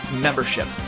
Membership